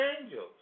angels